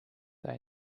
they